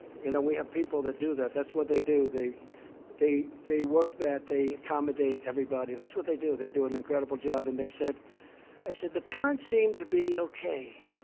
you know, we have people that do that. that's what they do. they they they work that. they accommodate everybody. that's what they do. they an incredible job. and they said i said, the parents seemed to be okay.